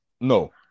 No